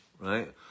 right